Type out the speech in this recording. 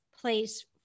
place